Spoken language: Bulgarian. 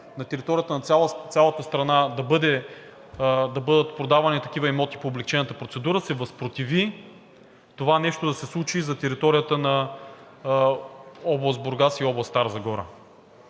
на територията на цялата страна да бъдат продавани такива имоти по облекчената процедура, се възпротиви това нещо да се случи за територията на област Бургас и област Стара Загора.